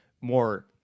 more